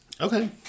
Okay